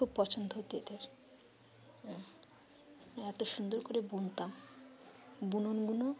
খুব পছন্দ হত এদের এতো সুন্দর করে বুনতাম বুননগুনো